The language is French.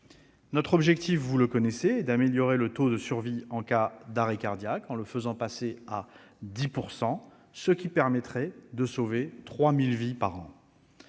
Notre objectif est d'améliorer le taux de survie en cas d'arrêt cardiaque en le faisant passer à 10 %, ce qui permettrait de sauver 3 000 vies par an.